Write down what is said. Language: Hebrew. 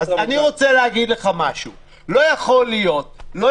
אני רוצה להגיד משהו לא יכול להיות